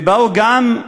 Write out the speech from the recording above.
ובאו גם,